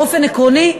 באופן עקרוני,